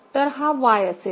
तर हा Y असेल